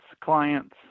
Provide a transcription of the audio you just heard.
clients